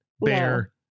Bear